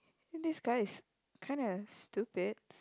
think this guy is kind a stupid